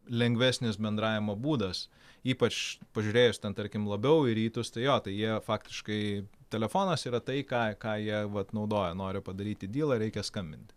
lengvesnis bendravimo būdas ypač pažiūrėjus ten tarkim labiau į rytus tai jo tai jie faktiškai telefonas yra tai ką ką jie vat naudoja nori padaryti dylą reikia skambinti